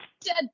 Dead